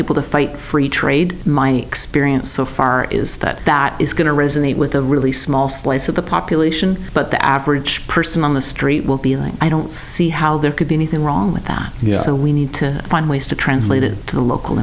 people to fight free trade my experience so far is that that is going to resonate with a really small slice of the population but the average person on the street will be like i don't see how there could be anything wrong with that so we need to find ways to translate it to the local